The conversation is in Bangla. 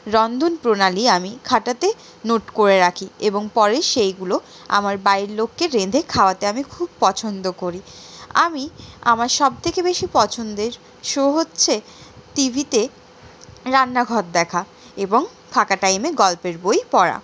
রন্ধন প্রণালী আমি খাটাতে নোট করে রাখি এবং পরে সেইগুলো আমার বাড়ির লোককে রেঁধে খাওয়াতে আমি খুব পছন্দ করি আমি আমার সবথেকে বেশি পছন্দের শো হচ্ছে টিভিতে রান্নাঘর দেখা এবং ফাঁকা টাইমে গল্পের বই পড়া